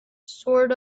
sort